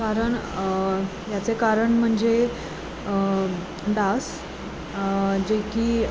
कारण याचे कारण म्हणजे डास जे की